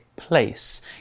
place